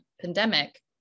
pandemic